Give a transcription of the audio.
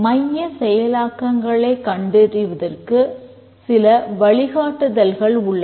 மைய செயலாக்கங்களை கண்டறிவதற்கு சில வழிகாட்டுதல்கள் உள்ளன